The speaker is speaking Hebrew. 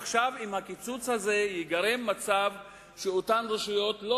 עכשיו עם הקיצוץ הזה ייגרם מצב שאותן רשויות לא